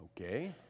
Okay